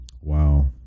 wow